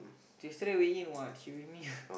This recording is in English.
yesterday weigh in [what] she with me